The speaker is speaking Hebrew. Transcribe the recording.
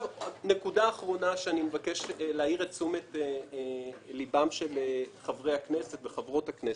נקודה אחרונה לתשומת ליבם של חברות וחברי הכנסת: